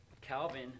Calvin